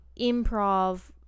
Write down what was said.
improv